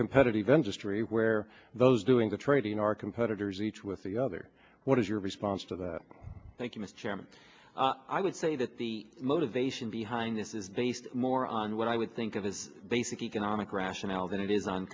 competitive industry where those doing the trading are competitors each with the other what is your response to that thank you mr chairman i would say that the motivation behind this is based more on what i would think of as basic economic rationale than it is on